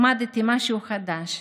למדתי משהו חדש,